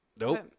Nope